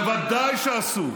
בוודאי שעשו.